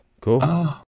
Cool